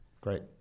Great